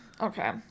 Okay